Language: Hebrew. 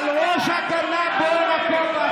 על ראש הגנב בוער הכובע.